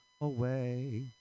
away